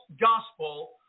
gospel